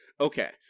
Okay